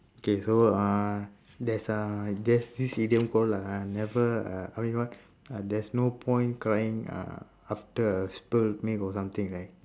okay so uh there's a there's this idiom called lah I never uh I mean what uh there's no point crying uh after a spilled milk or something right